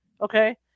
okay